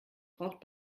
braucht